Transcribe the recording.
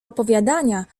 opowiadania